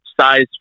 size